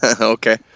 okay